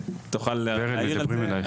תוכל להאיר על זה,